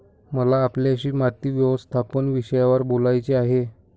मला आपल्याशी माती व्यवस्थापन विषयावर बोलायचे आहे